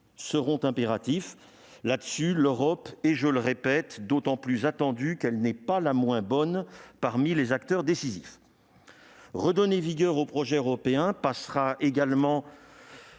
sont impératifs. En la matière, l'Europe est- je le répète -d'autant plus attendue qu'elle n'est pas la moins bonne parmi les acteurs décisifs. Redonner vigueur au projet européen passera également